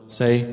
say